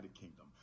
kingdom